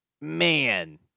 man